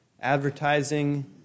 advertising